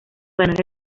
ganar